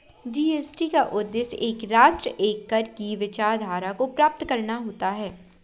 GST का उद्देश्य एक राष्ट्र, एक कर की विचारधारा को प्राप्त करना है